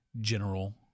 General